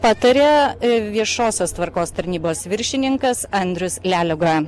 pataria viešosios tvarkos tarnybos viršininkas andrius leliuga